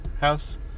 house